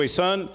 son